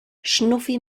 schnuffi